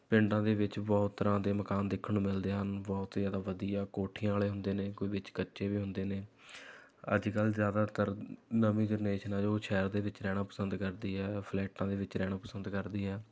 ਪਿੰਡਾਂ ਦੇ ਵਿੱਚ ਬਹੁਤ ਤਰ੍ਹਾਂ ਦੇ ਮਕਾਨ ਦੇਖਣ ਨੂੰ ਮਿਲਦੇ ਹਨ ਬਹੁਤ ਹੀ ਜ਼ਿਆਦਾ ਵਧੀਆ ਕੋਠੀਆਂ ਆਲੇ ਹੁੰਦੇ ਨੇ ਕੋਈ ਵਿੱਚ ਕੱਚੇ ਵੀ ਹੁੰਦੇ ਨੇ ਅੱਜ ਕੱਲ੍ਹ ਜ਼ਿਆਦਾਤਰ ਨਵੀਂ ਜਨਰੇਸ਼ਨ ਹੈ ਜੋ ਸ਼ਹਿਰ ਦੇ ਵਿੱਚ ਰਹਿਣਾ ਪਸੰਦ ਕਰਦੀ ਹੈ ਫਲੈਟਾਂ ਦੇ ਵਿੱਚ ਰਹਿਣਾ ਪਸੰਦ ਕਰਦੀ ਹੈ